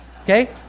Okay